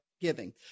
giving